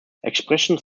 expressions